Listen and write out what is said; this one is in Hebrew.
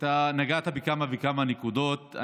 אתה נגעת בכמה וכמה נקודות.